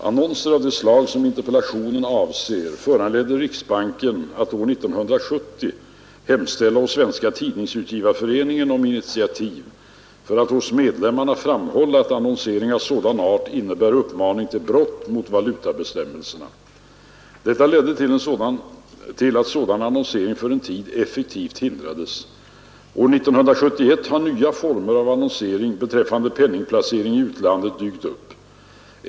Annonser av det slag som interpellationen avser föranledde riksbanken att år 1970 hemställa hos Svenska tidningsutgivareföreningen om initiativ för att hos medlemmarna framhålla att annonsering av sådan art innebär uppmaning till brott mot valutabestämmelserna. Detta ledde till att sådan annonsering för en tid effektivt hindrades. År 1971 har nya former av annonsering beträffande penningplacering i utlandet dykt upp.